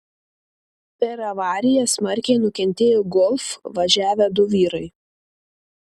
per avariją smarkiai nukentėjo golf važiavę du vyrai